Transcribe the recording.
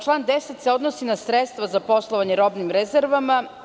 Član 10. se odnosi na sredstva za poslovanje robnim rezervama.